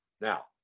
Now